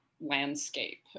landscape